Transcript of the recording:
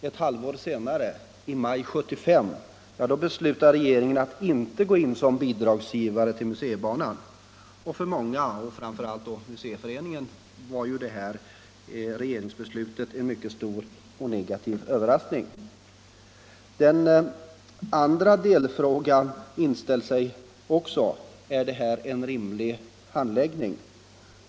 Ett halvår senare, i maj 1975, beslutade regeringen att inte gå in som bidragsgivare till museibanan. För många, och framför allt för museiföreningen, var det här regeringsbeslutet en mycket stor och negativ överraskning. En annan delfråga inställer sig också: Är det här en rimlig handläggning?